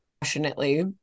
passionately